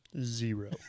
Zero